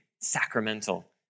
sacramental